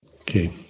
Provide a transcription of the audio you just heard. Okay